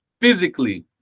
physically